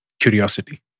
curiosity